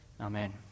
Amen